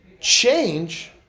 change